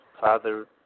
Father